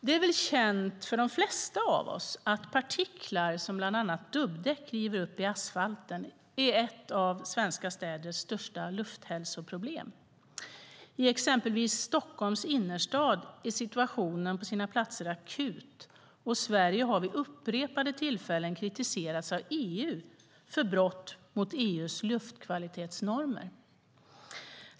Det är väl känt för de flesta av oss att partiklar som bland annat dubbdäck river upp i asfalten utgör ett av svenska städers största lufthälsoproblem. I exempelvis Stockholms innerstad är situationen på sina platser akut, och Sverige har vid upprepade tillfällen kritiserats av EU för brott mot EU:s luftkvalitetsnormer.